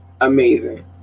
amazing